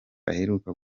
aheruka